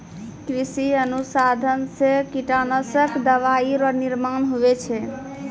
कृषि अनुसंधान से कीटनाशक दवाइ रो निर्माण हुवै छै